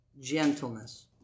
gentleness